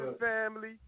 Family